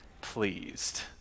pleased